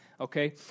okay